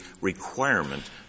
requirement